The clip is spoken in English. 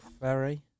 ferry